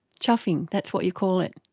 chuffing? that's what you call it?